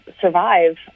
survive